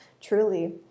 truly